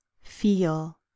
feel